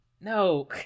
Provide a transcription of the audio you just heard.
No